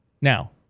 Now